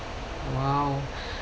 !wow!